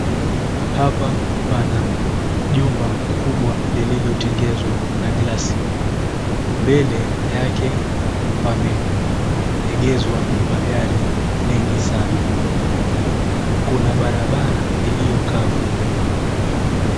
Hapa pana jubwa kubwa lililo tengezwa na glasi mbele yake pameegezwa magari mengi sana pana barabara iliyo kavu.